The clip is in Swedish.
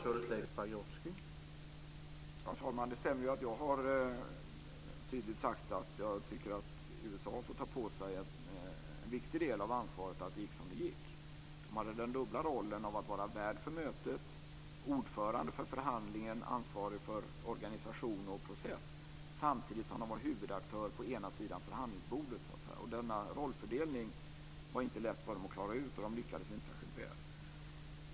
Herr talman! Det stämmer att jag tydligt har sagt att jag tycker att USA får ta på sig en viktig del av ansvaret för att det gick som det gick. De hade den dubbla rollen att vara värd för mötet och ordförande för förhandlingen, ansvarig för organisation och process. Samtidigt var de huvudaktörer på den ena sidan av förhandlingsbordet. Det var inte lätt för dem att klara ut den rollfördelningen, och de lyckades inte särskilt väl.